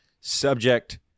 Subject